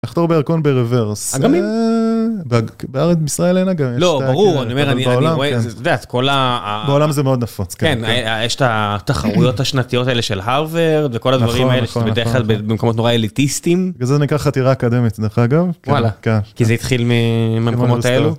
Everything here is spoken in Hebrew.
אחתור בירקון ברוורס. בישראל אין אגם, לא, ברור. אני רואה את כל העולם זה מאוד נפוץ. יש את התחרויות השנתיות האלה של הרווארד וכל הדברים האלה בדרך כלל במקומות נורא אליטיסטים. זה נקרא חתירה אקדמית, דרך אגב. כן. גם כי זה התחיל מהמקומות האלו.